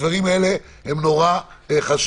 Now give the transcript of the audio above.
הדברים האלה מאוד חשובים.